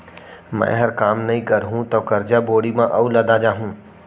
मैंहर काम नइ करहूँ तौ करजा बोड़ी म अउ लदा जाहूँ